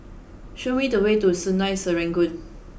show me the way to Sungei Serangoon